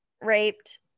raped